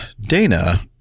Dana